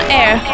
air